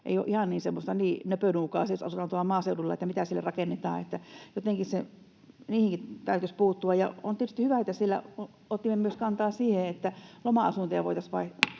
ei ole ihan niin semmoista nöpönuukaa, jos asuu maaseudulla, että mitä siellä rakennetaan. Jotenkin niihinkin täytyisi puuttua. On tietysti hyvä, että siellä otimme kantaa myös siihen, että loma-asuntoja voitaisiin [Puhemies